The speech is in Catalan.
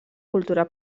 cultura